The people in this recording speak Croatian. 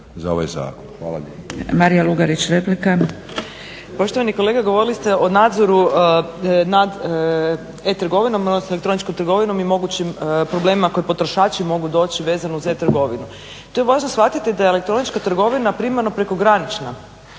za ovaj zakon.